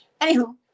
Anywho